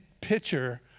picture